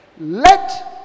Let